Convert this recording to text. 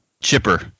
Chipper